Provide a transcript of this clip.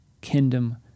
Kingdom